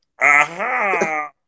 aha